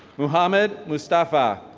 mohammed mustafa.